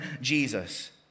Jesus